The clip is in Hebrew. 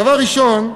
דבר ראשון,